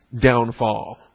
downfall